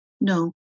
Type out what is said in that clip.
No